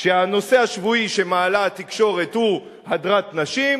כשהנושא השבועי שמעלה התקשורת הוא הדרת נשים,